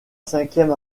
cinquième